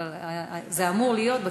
אבל זה אמור להיות בכלכלה.